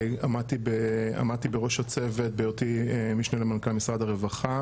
אני עמדתי בראש הצוות בהיותי המשנה למנכ"ל משרד הרווחה,